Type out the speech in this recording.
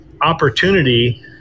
opportunity